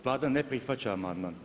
Vlada ne prihvaća amandman.